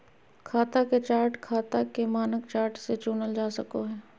खाता के चार्ट खाता के मानक चार्ट से चुनल जा सको हय